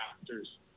actors